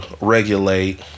regulate